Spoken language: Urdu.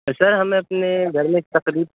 سر ہمیں اپنے گھر میں ایک تقریب